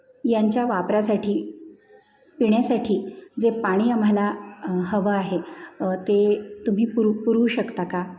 यांच्या वापरासाठी पिण्यासाठी जे पाणी आम्हाला हवं आहे ते तुम्ही पुर पुरवू शकता का